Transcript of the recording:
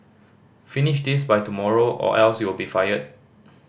finish this by tomorrow or else you'll be fired